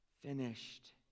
finished